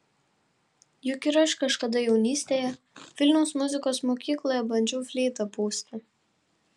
juk ir aš kažkada jaunystėje vilniaus muzikos mokykloje bandžiau fleitą pūsti